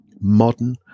modern